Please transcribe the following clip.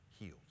healed